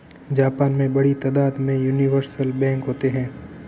Japan में बड़ी तादाद में यूनिवर्सल बैंक होते हैं